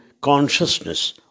consciousness